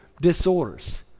disorders